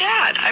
Dad